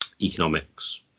economics